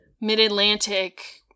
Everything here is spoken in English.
mid-Atlantic